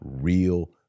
real